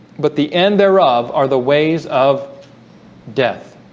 but the end thereof are the ways of death